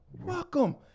welcome